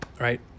right